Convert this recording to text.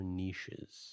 niches